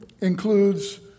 includes